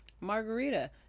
margarita